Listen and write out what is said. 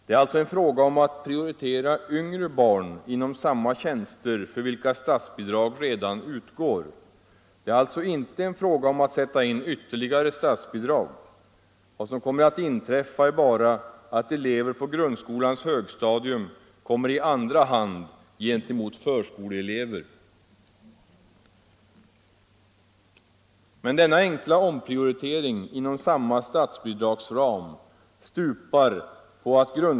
Det är en fråga om att prioritera yngre barn inom samma tjänster för vilka statsbidrag redan utgår. Det är alltså inte en fråga om att sätta in ytterligare statsbidrag. Vad som kommer att inträffa är bara att elever på grundskolans högstadium kommer i andra hand gentemot förskoleelever.